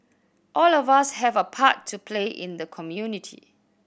all of us have a part to play in the community